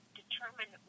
determine